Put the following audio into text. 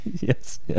Yes